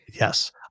Yes